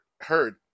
heard